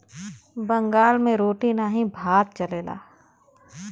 बंगाल मे रोटी नाही भात चलेला